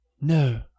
no